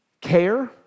Care